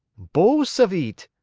bose of it,